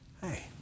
Hey